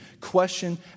question